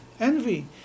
envy